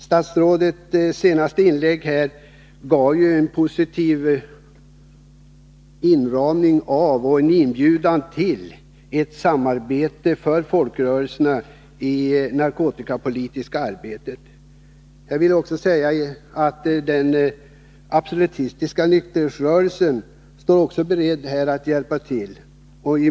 Statsrådets senaste inlägg gav ju en positiv inramning av och en inbjudan till ett samarbete med folkrörelserna i det narkotikapolitiska arbetet. Den absolutistiska nykterhetsrörelsen står också beredd att hjälpa till.